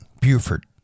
Buford